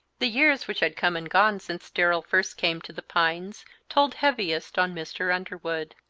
the years which had come and gone since darrell first came to the pines told heaviest on mr. underwood.